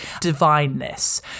divineness